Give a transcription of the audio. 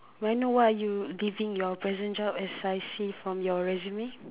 may I know why are you leaving your present job as I see from your resume